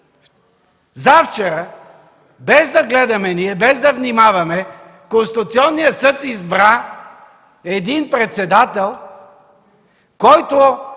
Завчера, без да гледаме ние, без да внимаваме, Конституционният съд избра един председател, който